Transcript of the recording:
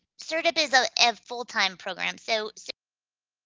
so cerdep is a and full-time program. so